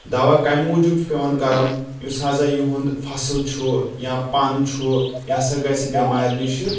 دوا کمہِ موٗجوٗب چھُ پیٚوان کرُن یُس ہسا یِہُنٛد فصٕل چھُ یا پَن چھُ یہِ ہسا گژھِ بؠمارِ نِشہِ